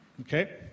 Okay